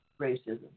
racism